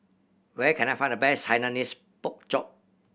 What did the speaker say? where can I find the best Hainanese Pork Chop